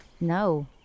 No